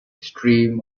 stream